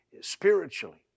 spiritually